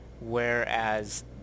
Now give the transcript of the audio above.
whereas